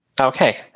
Okay